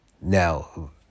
now